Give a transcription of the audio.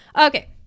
Okay